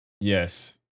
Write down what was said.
yes